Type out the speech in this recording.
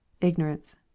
IGNORANCE